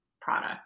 product